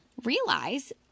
realize